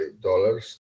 dollars